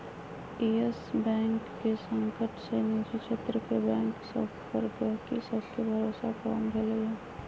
इयस bank के संकट से निजी क्षेत्र के बैंक सभ पर गहकी सभके भरोसा कम भेलइ ह